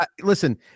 Listen